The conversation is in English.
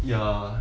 ya